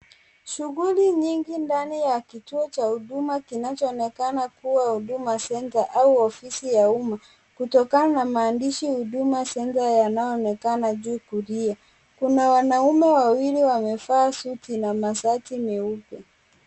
Shughuli nyingi ndani ya kituo cha huduma kinachoonekana kuwa Huduma Centre au ofisi ya umma, kutokana na maandishi Huduma Centre yanayoonekana juu kulia. Kuna wanaume wawili wamevaa suti na mashati meupe.